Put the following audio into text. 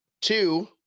Two